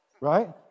right